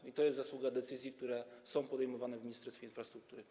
I to jest zasługa decyzji, które są podejmowane w Ministerstwie Infrastruktury.